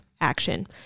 action